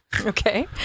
Okay